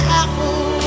apple